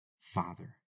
father